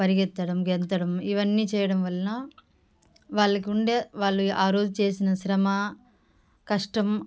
పరిగెత్తడం గెంతడం ఇవన్నీ చేయడం వలన వాళ్ళకుండే వాళ్ళు ఆ రోజు చేసిన శ్రమ కష్టం